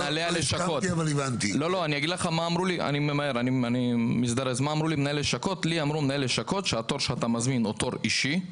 לי אמרו מנהלי הלשכות שהתור שאתה מזמין הוא תור אישי,